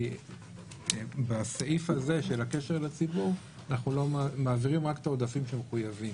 כי בסעיף הזה של הקשר עם הציבור אנחנו מעבירים רק את העודפים שמחויבים.